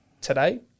today